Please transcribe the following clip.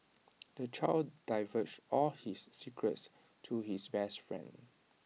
the child divulged all his secrets to his best friend